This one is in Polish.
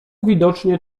widocznie